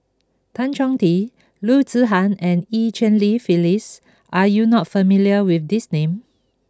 Tan Chong Tee Loo Zihan and Eu Cheng Li Phyllis are you not familiar with these names